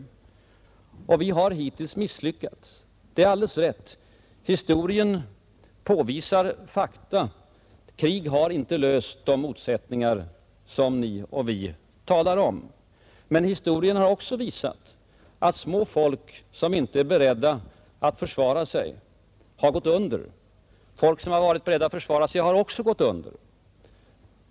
Och man har hittills misslyckats. Det är alldeles rätt. Historien påvisar fakta: krig har inte löst de motsättningar som ni och vi talar om. Men historien har också visat att små folk, som inte är beredda att försvara sig, har gått under. Folk som har varit beredda att försvara sig har också gått under.